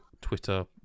Twitter